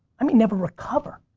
i mean never recover.